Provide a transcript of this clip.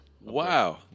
Wow